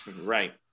Right